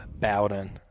Bowden